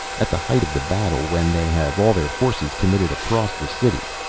at the height of the battle, when they have all their forces committed across the city,